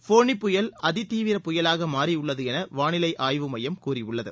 ஃபோனி புயல் அதிதீவிர புயலாக மாறியுள்ளது என வானிலை ஆய்வு மையம் கூறியுள்ளது